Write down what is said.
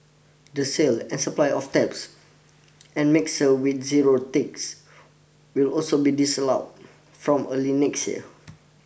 the sale and supply of taps and mixer with zero ticks will also be disallowed from early next year